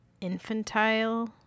infantile